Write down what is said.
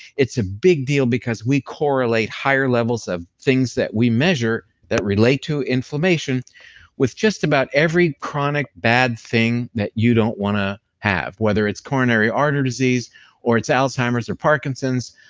it's a big deal because we correlate higher levels of things that we measure that relate to inflammation with just about every chronic bad thing that you don't want to have, whether it's coronary artery disease or it's alzheimer's or parkinson's.